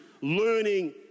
learning